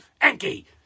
Enki